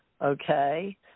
Okay